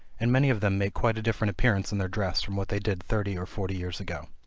and many of them make quite a different appearance in their dress from what they did thirty or forty years ago.